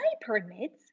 permits